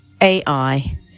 AI